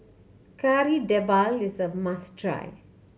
Kari Debal is a must try